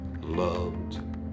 loved